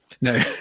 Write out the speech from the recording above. no